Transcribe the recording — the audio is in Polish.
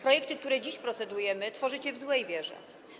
Projekty, nad którymi dziś procedujemy, tworzycie w złej wierze.